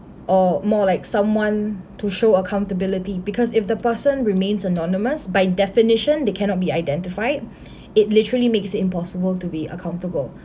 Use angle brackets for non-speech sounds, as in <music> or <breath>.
or more like someone to show accountability because if the person remains anonymous by definition they cannot be identified <breath> it literally makes it impossible to be accountable